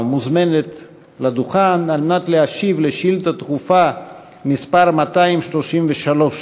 מוזמנת לדוכן כדי להשיב על שאילתה דחופה מס' 233